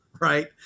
Right